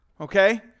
Okay